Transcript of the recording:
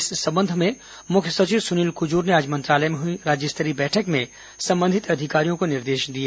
इस संबंध में मुख्य सचिव सुनील कज़ुर ने आज मंत्रालय में हई राज्य स्तरीय बैठक में संबंधित अधिकारियों को निर्देश दिए